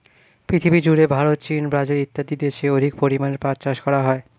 পৃথিবীজুড়ে ভারত, চীন, ব্রাজিল ইত্যাদি দেশে অধিক পরিমাণে পাট চাষ করা হয়